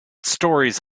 stories